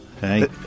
Hey